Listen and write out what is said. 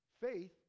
Faith